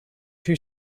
two